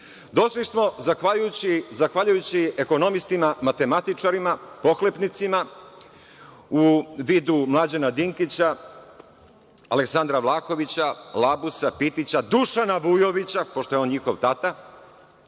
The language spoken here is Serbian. Došli smo zahvaljujući ekonomistima, matematičarima, pohlepnicima u vidu Mlađana Dinkića, Aleksandra Vlahovića, Labusa, Pitića, Dušana Vujovića pošto je on njihov tata,